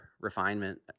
refinement